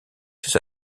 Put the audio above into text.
ses